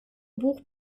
buch